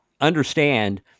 understand